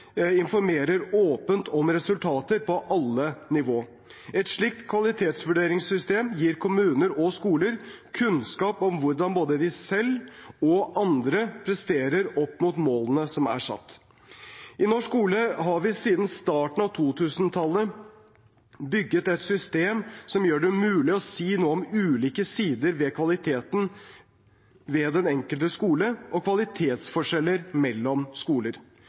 informerer åpent om resultater på alle nivå. Et slikt kvalitetsvurderingssystem gir kommuner og skoler kunnskap om hvordan både de selv og andre presterer opp mot målene som er satt. I norsk skole har vi siden starten av 2000-tallet bygget et system som gjør det mulig å si noe om ulike sider ved kvaliteten ved den enkelte skole og kvalitetsforskjeller mellom skoler.